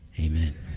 Amen